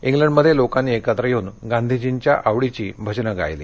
इंग्लंडमध्ये लोकांनी एकत्र येऊन गांधीजींच्या आवडीची भजनं गायली